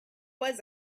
was